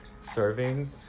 serving